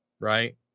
right